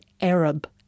Arab